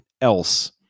else